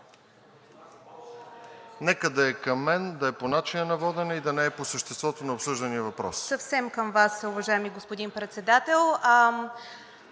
Нека да е към мен, да е по начина на водене и да не е по съществото на обсъждания въпрос.